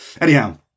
Anyhow